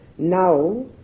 Now